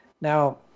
Now